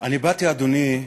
אני באתי, אדוני,